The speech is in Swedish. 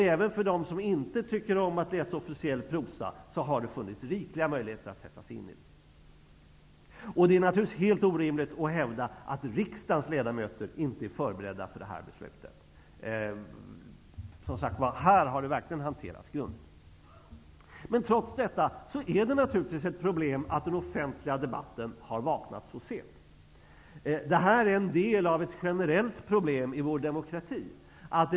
Även för dem som inte tycker om att läsa officiell prosa har det alltså funnits rikliga möjligheter till att sätta sig in i avtalet. Det är naturligtvis helt orimligt att hävda att riksdagens ledamöter inte är förberedda för att fatta detta beslut. Här i riksdagen har avtalet verkligen hanterats grundigt. Trots detta är det naturligtvis ett problem att den offentliga debatten har vaknat så sent. Det här förhållandet är ett generellt problem i vår demokrati.